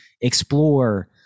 explore